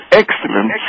excellent